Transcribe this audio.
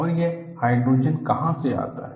और यह हाइड्रोजन कहां से आता है